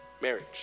Marriage